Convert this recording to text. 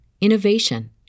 innovation